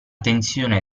tensione